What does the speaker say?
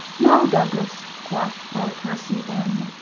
noe, douglas, quoth erle percy then,